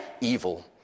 evil